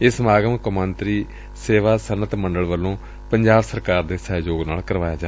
ਇਹ ਸਮਾਗਮ ਕੌਮਾਂਤਰੀ ਸੇਵਾ ਸੱਨਅਤ ਮੰਡਲ ਵੱਲੋਂ ਪੰਜਾਬ ਸਰਕਾਰ ਦੇ ਸਹਿਯੋਗ ਨਾਲ ਕਰਵਾਇਆ ਗਿਆ